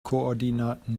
koordinaten